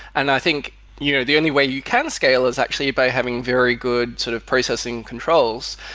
and i think you know the only way you can scale is actually by having very good sort of processing controls,